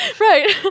Right